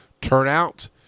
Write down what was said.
turnout